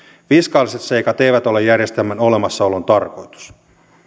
fiskaaliset seikat eivät ole järjestelmän olemassaolon tarkoitus